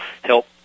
help